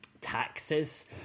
taxes